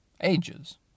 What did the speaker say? ages